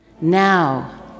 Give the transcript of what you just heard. Now